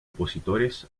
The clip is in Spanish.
opositores